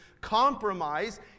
compromise